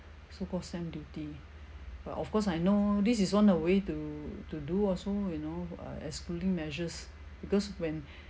so called stamp duty but of course I know this is one of the way to to do also you know uh excluding measures because when